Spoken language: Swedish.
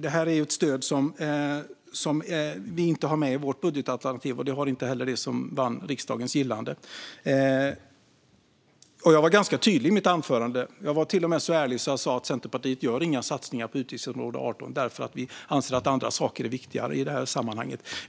Detta är ett stöd som vi inte har med i vårt budgetalternativ, och det finns inte heller i det som vann riksdagens gillande. Jag var ganska tydlig i mitt anförande. Jag var till och med så ärlig att jag sa att Centerpartiet inte gör några satsningar på utgiftsområde 18 eftersom vi anser att andra saker är viktigare i sammanhanget.